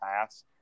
pass